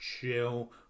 chill